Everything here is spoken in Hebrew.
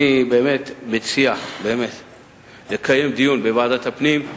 אני באמת מציע לקיים דיון בוועדת הפנים,